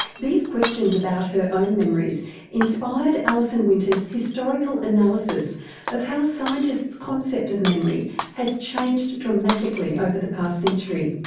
these questions about her own memories inspired alison winter's historical analysis of how scientists' concept of memory has changed dramatically over the past century.